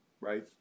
right